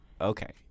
okay